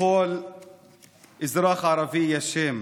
לכל אזרח ערבי יש שם.